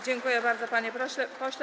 Dziękuję bardzo, panie pośle.